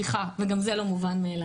סליחה, כי גם זה לא מובן מאליו.